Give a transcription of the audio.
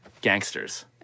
gangsters